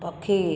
ପକ୍ଷୀ